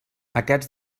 aquests